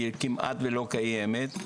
כמעט ולא קיימת,